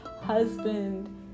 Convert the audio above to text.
husband